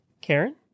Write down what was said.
Karen